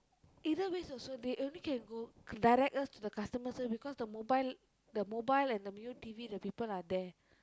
either ways also they only can go direct us to the customer service because the mobile the mobile and the Mio T_V the people are there